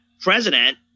president